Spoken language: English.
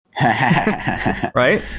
right